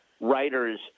writers